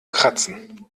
kratzen